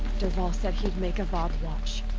dervahl said he'd make avad watch.